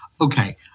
okay